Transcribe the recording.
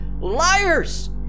Liars